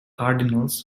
cardinals